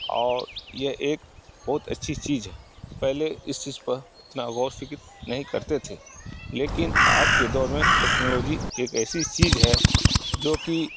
اور یہ ایک بہت اچھی چیز ہے پہلے اس چیز پر اتنا غور و فکر نہیں کرتے تھے لیکن آج کے دور میں ٹیکنالوجی ایک ایسی چیز ہے جو کہ